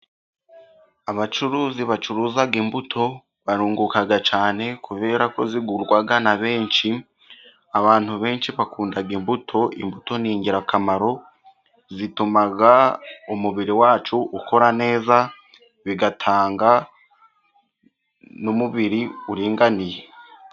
Abacuruzi bacuruza imbuto barunguka cyane kubera ko zigurwa na benshi, abantu benshi bakunda imbuto, imbuto ni ingirakamaro, zituma umubiri wacu ukora neza, bigatanga n'umubiri uringaniye.